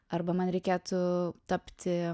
arba man reikėtų tapti